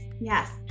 yes